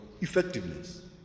Effectiveness